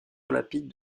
olympiques